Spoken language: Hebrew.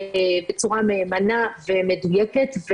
בצורה מהימנה ומדוייקת,